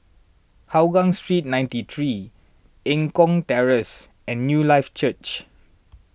Hougang Street ninety three Eng Kong Terrace and Newlife Church